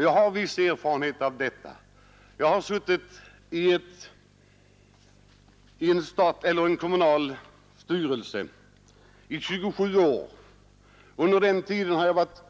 Jag har en viss erfarenhet av kommunala uppdrag. Jag har suttit i en kommunal styrelse i 27 år. Under den tiden har jag varit